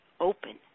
open